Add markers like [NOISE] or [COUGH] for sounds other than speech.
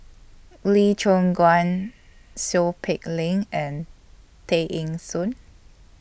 [NOISE] Lee Choon Guan Seow Peck Leng and Tay Eng Soon